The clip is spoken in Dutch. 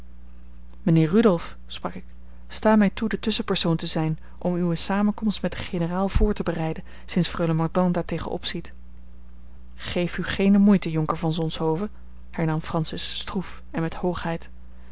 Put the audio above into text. mijnheer rudolf sprak ik sta mij toe de tusschenpersoon te zijn om uwe samenkomst met den generaal voor te bereiden sinds freule mordaunt daartegen opziet geef u geene moeite jonker van zonshoven hernam francis stroef en met hoogheid